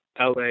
LA